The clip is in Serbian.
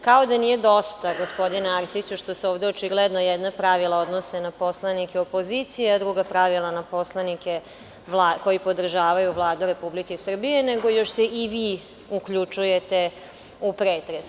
Kao da nije dosta, gospodine Arsiću, što se ovde očigledno jedna pravila odnose na poslanike opozicije, a druga pravila na poslanike koji podržavaju Vladu Republike Srbije, nego još se i vi uključujete u pretres.